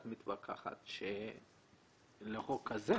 את מתווכחת לגבי החוק הזה,